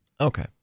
Okay